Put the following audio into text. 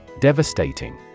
Devastating